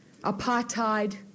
apartheid